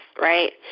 right